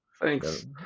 thanks